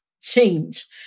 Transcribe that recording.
change